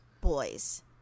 boys